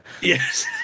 Yes